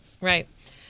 Right